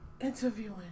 interviewing